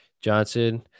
Johnson